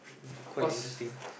quite interesting